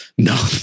No